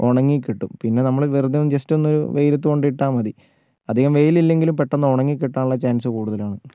ഉണങ്ങി കിട്ടും പിന്നെ നമ്മൾ വെറുതെ ഒന്ന് ജസ്റ്റ് ഒന്ന് വെയിലത്ത് കൊണ്ട് ഇട്ടാൽ മതി അധികം വെയിൽ ഇല്ലെങ്കിലും പെട്ടന്ന് ഉണങ്ങി കിട്ടാനുള്ള ചാൻസ് കൂടുതൽ ആണ്